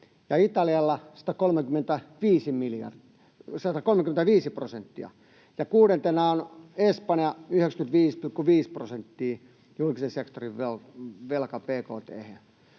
Italialla se oli 135 prosenttia, ja kuudentena on Espanja 95,5 prosentin julkisen sektorin velallaan